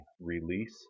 release